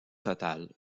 total